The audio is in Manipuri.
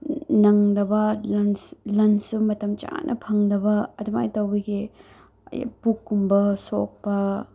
ꯅꯪꯗꯕ ꯂꯟꯁ ꯂꯟꯁꯁꯨ ꯃꯇꯝ ꯆꯥꯅ ꯐꯪꯗꯕ ꯑꯗꯨꯃꯥꯏꯅ ꯇꯧꯕꯒꯤ ꯄꯨꯛꯀꯨꯝꯕ ꯁꯣꯛꯄ